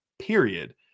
period